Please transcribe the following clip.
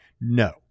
No